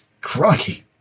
Crikey